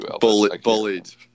Bullied